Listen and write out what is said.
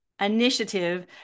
initiative